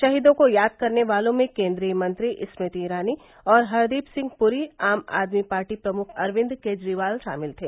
शहीदों को याद करने वालों में केंद्रीय मंत्री स्मृति ईरानी और हरदीप सिंह पुरी आम आदमी पार्टी प्रमुख अरविंद केजरीवाल शामिल थे